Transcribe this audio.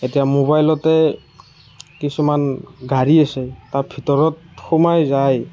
এতিয়া মোবাইলতে কিছুমান গাড়ী আছে তাৰ ভিতৰত সোমাই যাই